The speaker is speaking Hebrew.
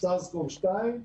ה-SARS-CoV-2,